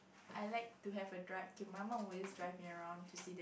I like to have a drive okay my mom always drive me around to see the